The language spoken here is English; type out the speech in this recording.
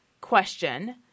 question